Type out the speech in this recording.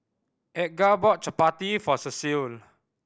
Edgar bought Chapati for Cecil